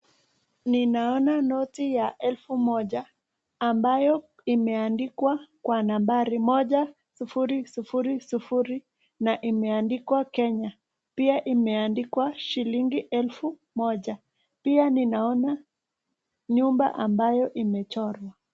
Ninaona noti ya elfu moja ambayo imeandikwa kwa nambari moja, sufuri sufuri sufuri, na imeandikwa Kenya, pia imeandikwa shilingi elfu moja, pia ninaona nyumba ambayo imechorwa.